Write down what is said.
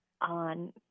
on